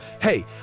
Hey